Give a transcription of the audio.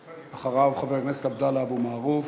אחריו, חבר הכנסת עבדאללה אבו מערוף.